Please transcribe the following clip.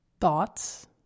thoughts